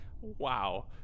Wow